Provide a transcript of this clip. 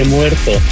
Muerto